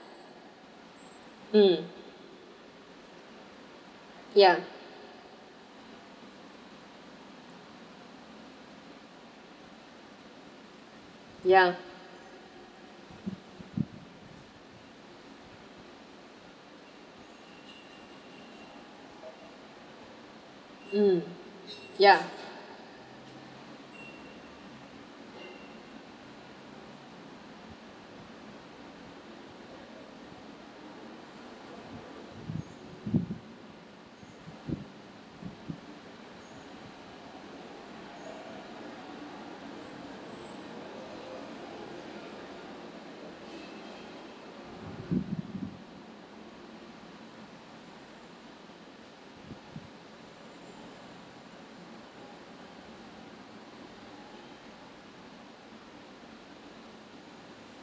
mm ya ya mm ya